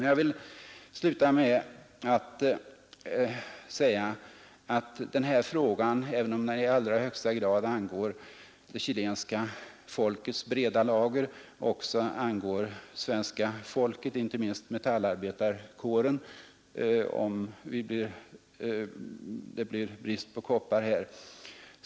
Jag vill sluta mitt anförande med att säga att den här frågan, även om den främst i allra högsta grad angår det chilenska folkets breda lager, också angår svenska folket, och inte minst metallarbetarkåren om det blir brist på koppar här.